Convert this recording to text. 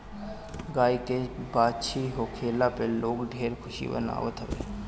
गाई के बाछी होखला पे लोग ढेर खुशी मनावत हवे